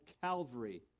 Calvary